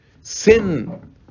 sin